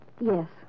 Yes